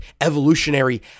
evolutionary